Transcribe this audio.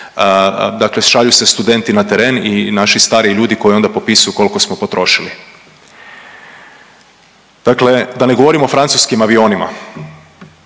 dakle šalju se studenti na teren i naši stariji ljudi koji onda popisuju koliko smo potrošili. Dakle da ne govorim o francuskim avionima,